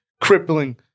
crippling